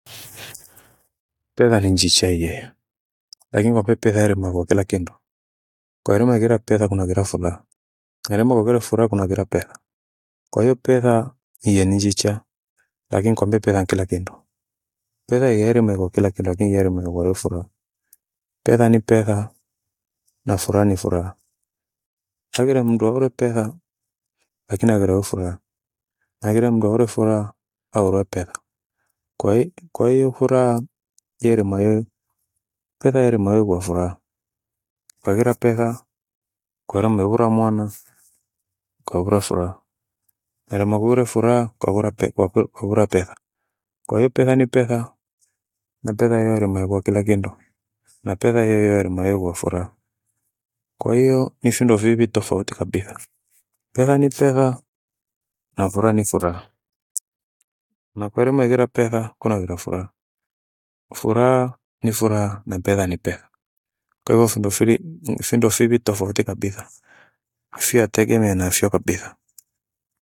Petha ni njicha iye, lakini kwape petha yarima pho kila kindu. Kwahirima ighira petha kunaghera furaha kwahirima hughire furaha kunaghira petha. Kwahiyo petha iyee ni njicha lakini nikwambie petha ni kila kindu. Petha ihere mephokila kindo lakini ighere muhegwa he furaha. Petha ni petha na furaha ni furaha. Haghire mndu aghire petha lakini haghire wofuraha, haghire mndu haure furaha haurwe petha. Kwai- kwai furaha hierima hee petha iherima hee kwafuraha kwaghira petha, kwaghira mvemura mwana khoghire furaha. Harima gwire furaha kwaghola- pe- kwake kwaghora petha. Kwahiyo petha ni petha, na petha hiyo wairima ighwa kila kindo. Na petha hiyo hiyo yarima hegwa furaha. Kwahiyo nifindo viwi tofauti kabitha. Petha ni petha na furaha ni furaha. Nakwerima ighira petha kunaghira furaha, furaha ni furaha na petha ni petha kwahiyo findo fili- findo fiwi tofauti kabitha fiatemea navyo kabitha.